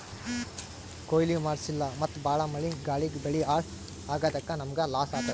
ಕೊಯ್ಲಿ ಮಾಡ್ಸಿಲ್ಲ ಮತ್ತ್ ಭಾಳ್ ಮಳಿ ಗಾಳಿಗ್ ಬೆಳಿ ಹಾಳ್ ಆಗಾದಕ್ಕ್ ನಮ್ಮ್ಗ್ ಲಾಸ್ ಆತದ್